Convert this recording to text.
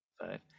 five